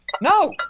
No